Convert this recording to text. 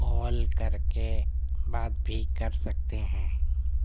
کال کر کے بات بھی کر سکتے ہیں